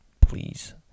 please